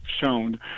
shown